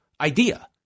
idea